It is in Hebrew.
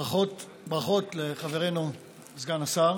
ברכות לחברנו סגן השר.